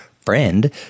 friend